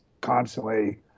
constantly